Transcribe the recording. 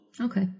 Okay